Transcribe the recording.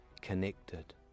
connected